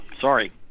Sorry